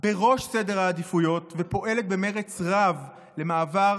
בראש סדר העדיפויות ופועלת במרץ רב למעבר